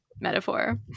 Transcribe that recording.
metaphor